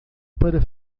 para